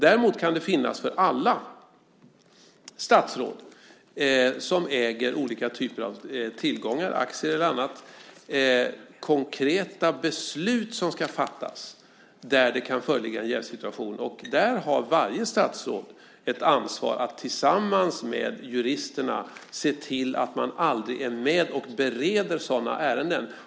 Däremot kan det för alla statsråd som har olika typer av tillgångar, aktier eller annat, finnas konkreta beslut som ska fattas där det kan föreligga en jävssituation. Där har varje statsråd ett ansvar för att tillsammans med juristerna se till att man aldrig är med vid beredningen av sådana ärenden.